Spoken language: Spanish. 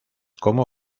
como